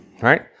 Right